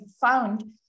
found